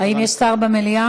האם יש שר במליאה?